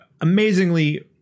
amazingly